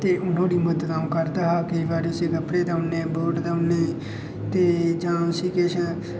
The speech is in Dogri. ते नुहाड़ी मदद अ'ऊं करदा हा केईं बारी उसी कपड़े देई ओड़ने बूट देई ओड़ने ते जां उसी किश